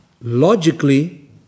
Logically